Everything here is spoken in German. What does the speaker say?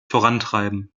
vorantreiben